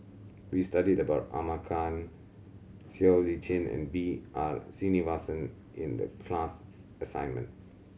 we studied about Ahmad Khan Siow Lee Chin and B R Sreenivasan in the class assignment